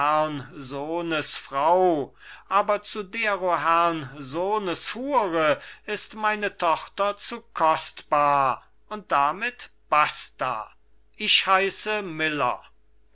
frau aber zu dero herrn sohnes hure ist meine tochter zu kostbar und damit basta ich heiße miller